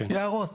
הם יערות.